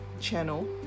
channel